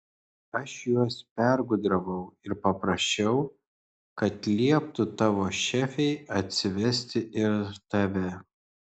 aš juos pergudravau ir paprašiau kad lieptų tavo šefei atsivesti ir tave